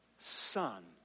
son